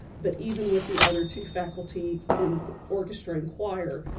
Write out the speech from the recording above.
but, even with the other two faculty in orchestra and choir,